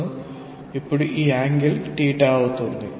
so ఇప్పుడు ఈ angle అవుతుంది